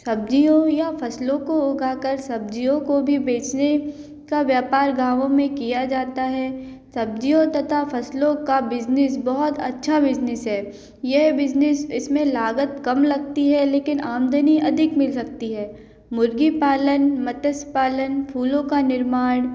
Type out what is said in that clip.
सब्ज़ियों या फ़सलों को उगाकर सब्ज़ियों को भी बेचने का व्यपार गावो में किया जाता है सब्ज़ियों तथा फ़सलों का बिज़नीस बहुत अच्छा बिज़नीस है यह बिज़नीस इसमें लागत कम लगती है लेकिन आमदनी अधिक मिल सकती है मुर्ग़ी पालन मतस्य पालन फूलों का निर्माण